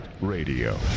Radio